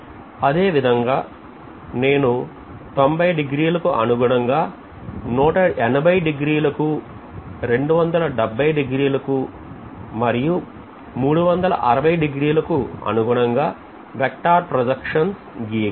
అదేవిధంగా నేను 90 డిగ్రీల కు అనుగుణంగా 180 డిగ్రీలకు 270 డిగ్రీలకు మరియు 360 డిగ్రీ లకు అనుగుణంగా vertical projections గీయగలను